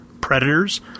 Predators